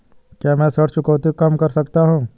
क्या मैं ऋण चुकौती कम कर सकता हूँ?